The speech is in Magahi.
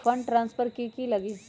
फंड ट्रांसफर कि की लगी?